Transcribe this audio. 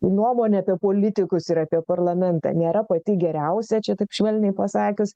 nuomonė apie politikus ir apie parlamentą nėra pati geriausia čia taip švelniai pasakius